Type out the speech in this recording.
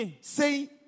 Say